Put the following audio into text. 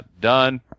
done